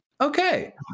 okay